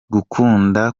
gukunda